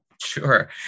Sure